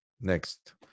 next